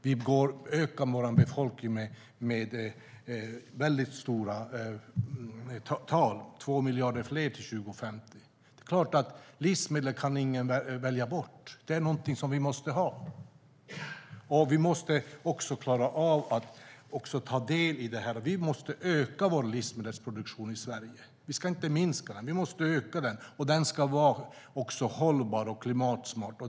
Vi ökar vår befolkning med stora tal - 2 miljarder fler till 2050. Det är klart att ingen kan välja bort livsmedel. Det är någonting som vi måste ha. Vi måste klara av att ta del av det här, och vi måste öka vår livsmedelsproduktion i Sverige. Vi ska inte minska den, utan vi måste öka den. Den ska vara hållbar och klimatsmart.